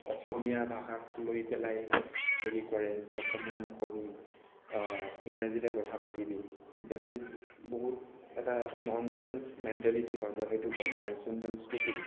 অসমীয়া ভাষাক লৈ পেলাই হেৰি কৰে যে অসমীয়া নক'বি ইংৰাজীতে কথা পাতিবি দেট ইজ বহুত এটা ন'নচেঞ্চ মেণ্টেলিটি হয় মই সেইটো কম ন'নচেঞ্চ এণ্ড ষ্টুপিড